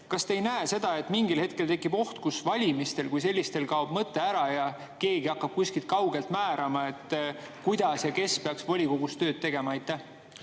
Kas te ei näe seda, et mingil hetkel tekib oht, et valimiste kui selliste mõte kaob ära, keegi hakkab kuskilt kaugelt määrama, kuidas ja kes peaks volikogus tööd tegema? Aitäh,